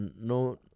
No